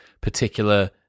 particular